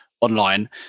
online